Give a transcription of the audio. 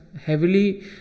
heavily